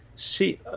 see